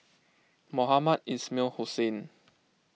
Mohamed Ismail Hussain